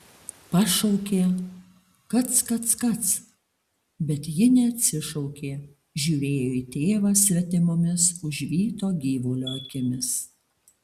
pašaukė kac kac kac bet ji neatsišaukė žiūrėjo į tėvą svetimomis užvyto gyvulio akimis